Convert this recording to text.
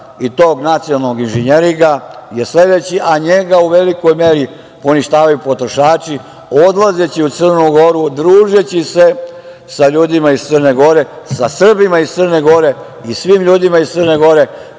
i tog nacionalnog inženjeringa je sledeći, a njega u velikoj meri poništavaju potrošači odlazeći u Crnu Goru, družeći se sa ljudima iz Crne Gore, sa Srbima iz Crne Gore i svim ljudima iz Crne Gore,